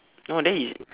no then is